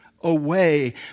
away